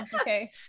okay